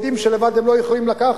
הם יודעים שלבד הם לא יכולים לקחת.